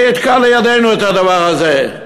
מי יתקע לידנו את הדבר הזה?